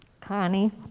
Connie